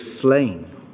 slain